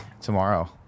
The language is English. tomorrow